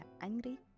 angry